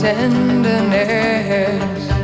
Tenderness